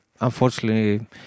unfortunately